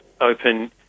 open